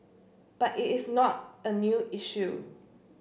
but it is not a new issue